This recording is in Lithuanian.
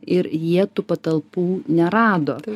ir jie tų patalpų nerado